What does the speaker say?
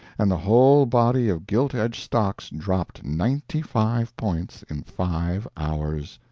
and the whole body of gilt-edged stocks dropped ninety-five points in five hours,